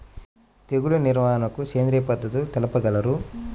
తెగులు నివారణకు సేంద్రియ పద్ధతులు తెలుపగలరు?